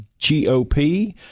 GOP